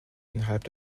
innerhalb